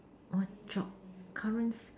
what job current